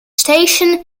station